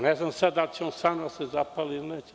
Ne znam da li će on sam da se zapali ili neće.